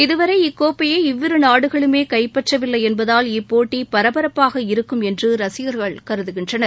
இதுவரை இக்கோப்பையை இவ்விரு நாடுகளுமே கைப்பற்றவில்லை என்பதால் இப்போட்டி பரபரப்பாக இருக்கும் என்று ரசிகர்கள் கருதுகின்றனர்